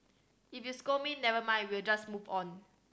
if you scold me never mind we'll just move on